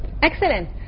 Excellent